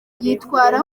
yitwara